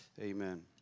Amen